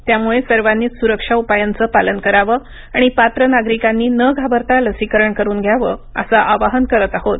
त्यामुळे सर्वांनीच सुरक्षा उपायांचं पालन करावं आणि पात्र नागरिकांनी न घाबरता लसीकरण करून घ्यावं असं आवाहन करत आहोत